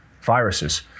viruses